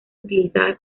utilizada